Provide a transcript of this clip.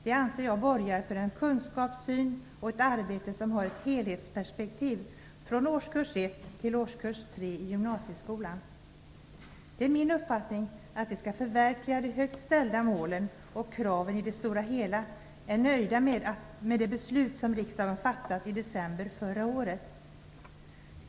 Det anser jag borgar för en kunskapssyn och ett arbete som har ett helhetsperspektiv från årskurs 1 till årskurs 3 i gymnasieskolan. Det är min uppfattning att de som skall förverkliga de högt ställda målen och kraven i det stora hela är nöjda med det beslut som riksdagen fattade i december förra året.